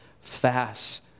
fast